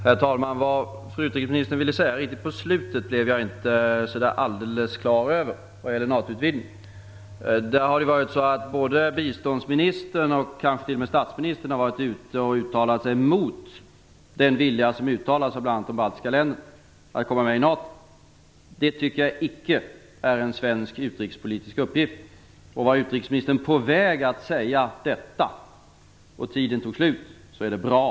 Herr talman! Vad fru utrikesministern ville säga på slutet vad gäller NATO-utvidgningen blev jag inte alldeles klar över. Biståndsminstern och kanske t.o.m. statsministern har uttalat sig mot den vilja som uttalats av bl.a. de baltiska länderna att komma med i NATO. Det tycker jag icke är en svensk utrikespolitisk uppgift. Var utrikesministern på väg att säga detta då tiden tog slut är det bra.